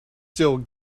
still